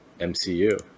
MCU